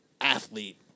athlete